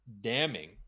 damning